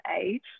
age